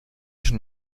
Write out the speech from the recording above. schon